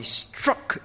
struck